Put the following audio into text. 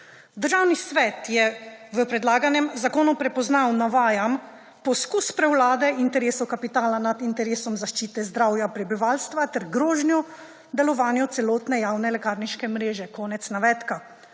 Državni svet je v predlaganem zakonu prepoznal, navajam, »… poskus prevlade interesov kapitala nad interesom zaščite zdravja prebivalstva ter grožnjo delovanju celotne javne lekarniške mreže«. To je